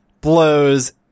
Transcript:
blows